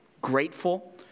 grateful